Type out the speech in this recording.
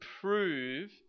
prove